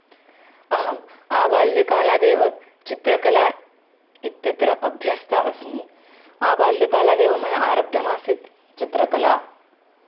अहम् आबाल्यकालादेव चित्रकला इत्यत्र अभ्यस्ता अस्मि आबाल्यकालादेव मया आरब्धासीत् चित्रकला